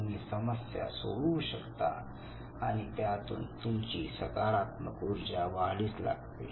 तुम्ही समस्या सोडवू शकता आणि त्यातून तुमची सकारात्मक ऊर्जा वाढीस लागते